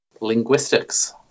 Linguistics